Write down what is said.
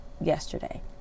yesterday